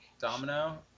Domino